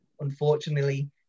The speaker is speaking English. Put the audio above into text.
Unfortunately